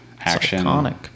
action